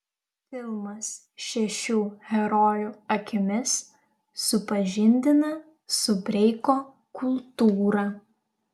filmas šešių herojų akimis supažindina su breiko kultūra